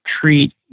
treat